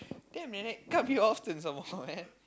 then nenek come here often some more then